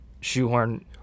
shoehorn